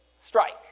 strike